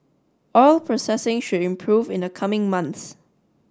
oil processing should improve in the coming months